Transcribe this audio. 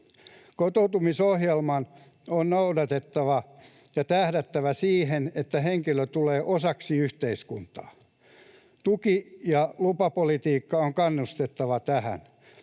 Kotoutumisohjelmaa on noudatettava ja sen on tähdättävä siihen, että henkilö tulee osaksi yhteiskuntaa. Tuki- ja lupapolitiikan on kannustettava tähän.